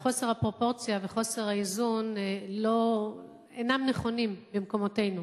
חוסר הפרופורציה וחוסר האיזון אינם נכונים במקומותינו.